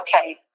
Okay